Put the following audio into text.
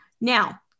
Now